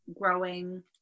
growing